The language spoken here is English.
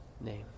name